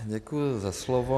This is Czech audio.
Děkuji za slovo.